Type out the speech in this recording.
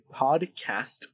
podcast